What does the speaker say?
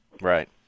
Right